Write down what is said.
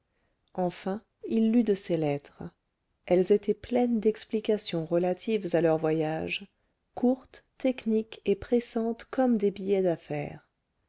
enfin il lut de ses lettres elles étaient pleines d'explications relatives à leur voyage courtes techniques et pressantes comme des billets d'affaires